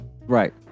Right